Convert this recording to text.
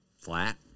flat